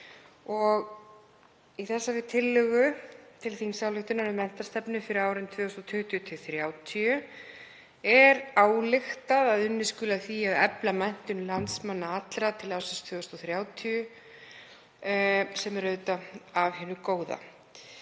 Í þessari tillögu til þingsályktunar um menntastefnu fyrir árin 2020–2030 er ályktað að unnið skuli að því að efla menntun landsmanna allra til ársins 2030, sem er auðvitað af hinu góða.